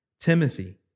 Timothy